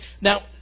Now